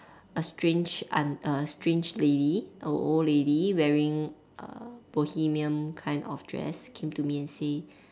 a strange aunt a strange lady a old lady wearing a bohemian kind of dress came to me and say